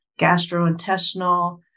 gastrointestinal